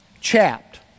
chapped